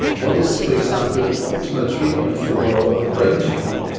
what is, for example, the optimal treatment for a brain tumour?